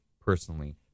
personally